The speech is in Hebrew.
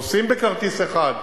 נוסעים בכרטיס אחד.